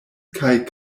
kaj